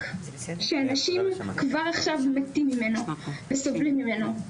שאנשים כבר עכשיו מתים ממנו וסובלים ממנו,